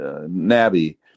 nabby